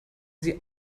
sie